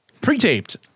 Pre-taped